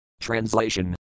Translation